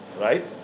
right